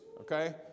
okay